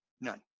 none